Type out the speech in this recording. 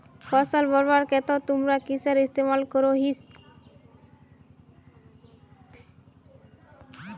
फसल बढ़वार केते तुमरा किसेर इस्तेमाल करोहिस?